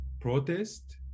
protest